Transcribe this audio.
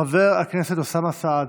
חבר הכנסת אוסאמה סעדי,